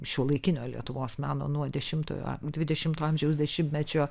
šiuolaikinio lietuvos meno nuo dešimtojo dvidešimto amžiaus dešimtmečio